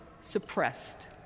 suppressed